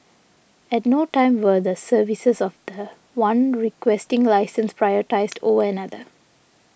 at no time were the services of the one Requesting Licensee prioritised over another